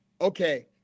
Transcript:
okay